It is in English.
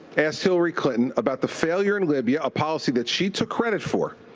asked hillary clinton about the failure in libya, a policy that she took credit for,